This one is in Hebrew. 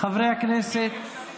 חברי הכנסת.